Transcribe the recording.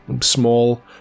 small